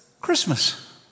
Christmas